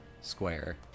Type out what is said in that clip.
Square